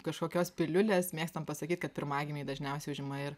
kažkokios piliulės mėgstam pasakyt kad pirmagimiai dažniausiai užima ir